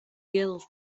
guilty